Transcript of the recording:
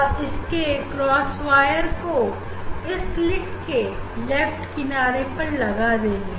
और इसके क्रॉसवायर को इस सिलिट के लेफ्ट किनारे पर लगा देंगे